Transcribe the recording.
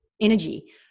energy